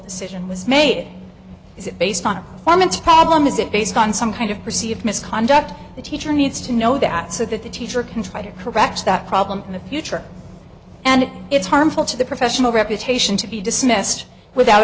decision was made is it based on a foreman's problem is it based on some kind of perceived misconduct the teacher needs to know that so that the teacher can try to correct that problem in the future and it's harmful to the professional reputation to be dismissed without